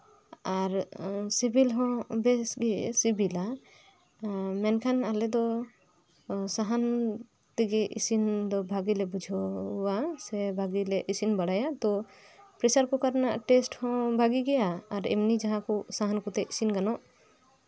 ᱟᱨ ᱥᱤᱵᱤᱞ ᱦᱚᱸ ᱵᱮᱥ ᱜᱮ ᱥᱤᱵᱤᱞᱟ ᱢᱮᱱᱠᱷᱟᱱ ᱟᱞᱮ ᱫᱚ ᱥᱟᱦᱟᱱ ᱛᱮᱜᱮ ᱤᱥᱤᱱ ᱫᱚ ᱵᱷᱟᱜᱮ ᱞᱮ ᱵᱩᱡᱷᱟᱹᱣᱟ ᱥᱮ ᱵᱷᱟᱜᱮ ᱞᱮ ᱤᱥᱤᱱ ᱵᱟᱲᱟᱭᱟ ᱛᱳ ᱯᱨᱮᱥᱟᱨ ᱠᱩᱠᱟᱨ ᱨᱮᱱᱟᱜ ᱴᱮᱥᱴ ᱦᱚᱸ ᱵᱷᱟᱜᱤ ᱜᱮᱭᱟ ᱟᱨ ᱮᱢᱱᱤ ᱡᱟᱸᱦᱟ ᱠᱚ ᱥᱟᱦᱟᱱ ᱠᱚᱛᱮ ᱤᱥᱤᱱ ᱜᱟᱱᱚᱜ